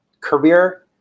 career